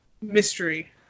mystery